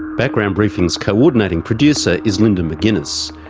background briefing's coordinating producer is linda mcginness,